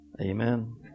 Amen